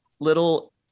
little